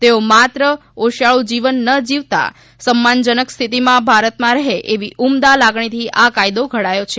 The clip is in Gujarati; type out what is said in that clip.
તેઓ માત્ર ઓશિયાળું જીવન ન જીવતા સન્માનજનક સ્થિતિમાં ભારતમાં રહે એવી ઉમદા લાગણીથી આ કાયદો ઘડાયો છે